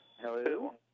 Hello